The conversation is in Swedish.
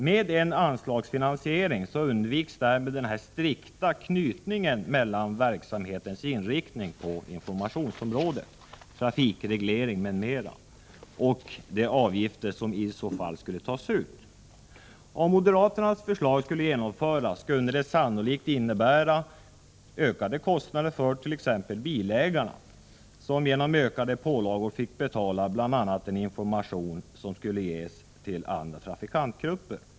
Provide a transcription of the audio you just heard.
Med en anslagsfinansiering undviks den strikta knytningen mellan verksamhetens inriktning på informationsområdet, när det gäller trafikreglering m.m. och de avgifter som i så fall skulle tas ut. Om moderaternas förslag genomförs, skulle det sannolikt innebära större kostnader fört.ex. bilägarna, som genom ökade pålagor fick betala bl.a. den information som skall ges till andra trafikantgrupper.